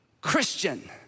Christian